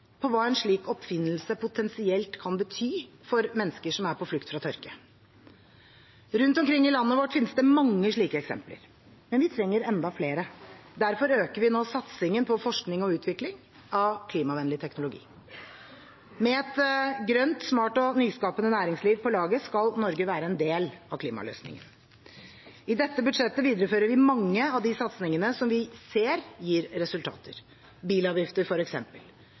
hva en slik oppfinnelse potensielt kan bety for mennesker som er på flukt fra tørke! Rundt omkring i landet vårt finnes det mange slike eksempler. Men vi trenger enda flere. Derfor øker vi nå satsingen på forskning og utvikling av klimavennlig teknologi. Med et grønt, smart og nyskapende næringsliv på laget skal Norge være en del av klimaløsningen. I dette budsjettet viderefører vi mange av de satsingene som vi ser gir resultater – bilavgifter,